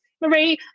Marie